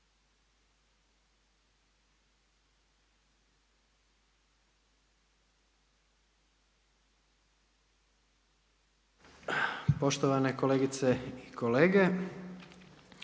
poštovani kolegice i kolege.